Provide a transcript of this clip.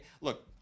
look